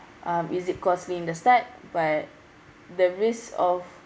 um is it costly in the start but the risk of